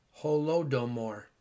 Holodomor